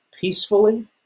peacefully